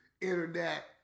internet